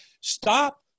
Stop